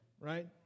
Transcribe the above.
Right